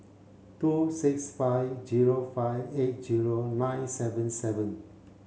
two six five zero five eight zero nine seven seven